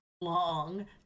long